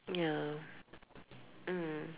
ya mm